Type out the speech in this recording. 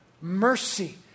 mercy